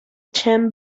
chen